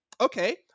okay